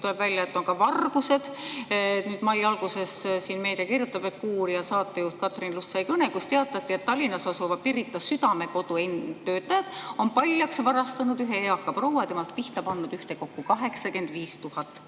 tuleb välja, et on ka vargused. Mai alguses meedias kirjutati, et "Kuuuurija" saatejuht Katrin Lust sai kõne, kus teatati, et Tallinnas asuva Pirita Südamekodu endised töötajad on paljaks varastanud ühe eaka proua ja temalt pihta pannud ühtekokku 85 000